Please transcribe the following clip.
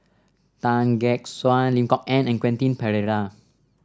Tan Gek Suan Lim Kok Ann and Quentin Pereira